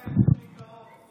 אין להם שום עיקרון חוץ